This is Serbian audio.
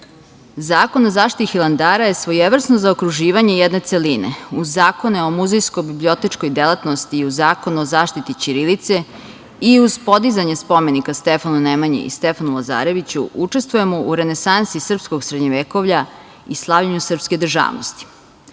Zakon o zaštiti Hilandara je svojevrsno zaokruživanje jedne celine uz Zakon o muzejsko-bibliotečkoj delatnosti i Zakon o zaštiti ćirilice i uz podizanje Spomenika Stefanu Nemanji i Stefanu Lazareviću učestvujemo u renesansi srpskog srednjovekovlja i slavljenju srpske državnosti. Ova